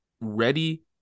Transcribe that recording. ready